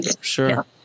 Sure